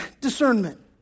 discernment